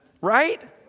Right